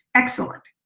excellent.